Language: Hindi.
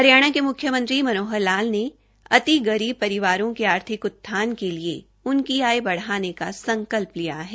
हरियाणा के मुख्यमंत्री मनोहर लाल ने अति गरीब परिवारों के आर्थिक उत्थान के लिए उनकी आय बढ़ाने का संकल्प लिया है